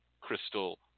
Crystal